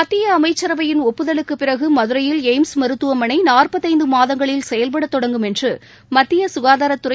மத்திய அமைச்சரவையின் ஒப்புதலுக்குப் பிறகு மதுரையில் எய்ம்ஸ் மருத்துவமனை மாதங்களில் செயல்படத் தொடங்கும் என்று மத்திய சுகாதாரத்துறை